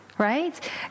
Right